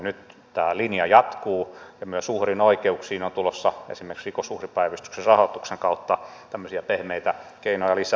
nyt tämä linja jatkuu ja myös uhrin oikeuksiin on tulossa esimerkiksi rikosuhripäivystyksen rahoituksen kautta tämmöisiä pehmeitä keinoja lisää